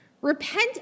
Repent